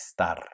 estar